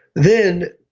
then,